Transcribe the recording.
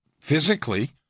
physically